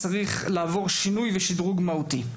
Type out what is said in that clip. צריך לעבור שינוי ושדרוג מהותי,